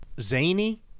zany